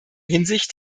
hinsicht